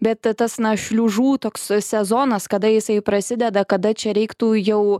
bet tas na šliužų toks sezonas kada jisai prasideda kada čia reiktų jau